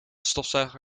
stofzuiger